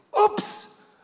oops